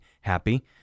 happy